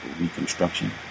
Reconstruction